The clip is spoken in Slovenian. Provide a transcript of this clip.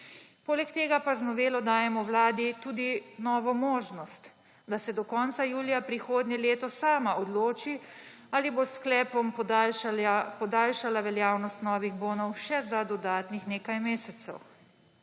Poleg tega pa z novelo dajemo vladi tudi novo možnost, da se do konca julija prihodnje leto sama odloči, ali bo s sklepom podaljšala veljavnost novih bonov še za dodatnih nekaj mesecev.